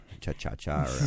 cha-cha-cha